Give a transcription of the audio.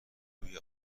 روی